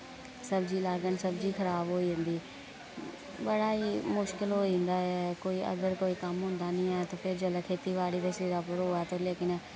सब्जी लाह्ङन सब्जी खराब होई जंदी बड़ा ही मुश्किल होई जन्दा ऐ कोई अगर कोई कम्म होंदा निं ऐ ते फिर जिल्लै खेती बाड़ी दे सिरा पर होऐ ते लेकिन